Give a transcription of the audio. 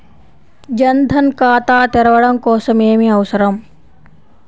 జన్ ధన్ ఖాతా తెరవడం కోసం ఏమి అవసరం?